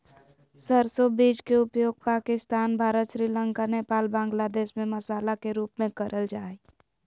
सरसो बीज के उपयोग पाकिस्तान, भारत, श्रीलंका, नेपाल, बांग्लादेश में मसाला के रूप में करल जा हई